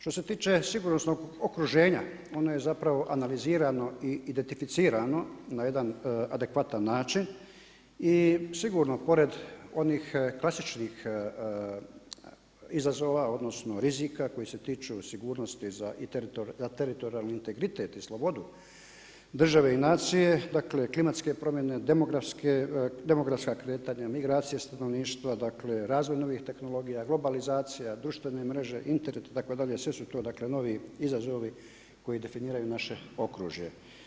Što se tiče sigurnosnog okruženja, ono je zapravo analizirano i identificirano na jedan adekvatan način i sigurno pored onih klasičnih izazova, odnosno rizika koji se tiču sigurnosti za teritorijalni integritet i slobodu države i nacije, dakle, klimatske promjene, demografska kretanja, migracije stanovništva, dakle, razvoj novih tehnologija, globalizacija, društvene mreže, Internet itd., sve su to dakle novi izazovi koji definiraju naše okružje.